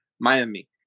Miami